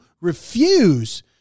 refuse